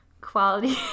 quality